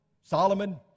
Solomon